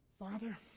Father